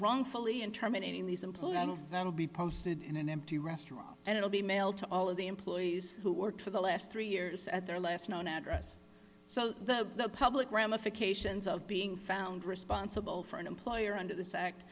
wrongfully in terminating these employees and that will be posted in an empty restaurant and it will be mailed to all of the employees who work for the last three years at their last known address so that the public ramifications of being found responsible for an employer under this act